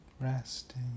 Resting